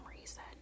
reason